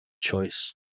choice